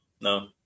No